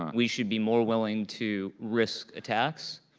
um we should be more willing to risk attacks,